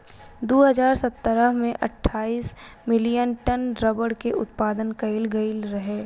दू हज़ार सतरह में अठाईस मिलियन टन रबड़ के उत्पादन कईल गईल रहे